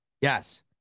Yes